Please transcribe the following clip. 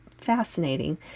fascinating